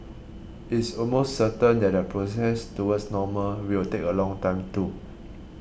it's almost certain that the process towards normal will take a long time too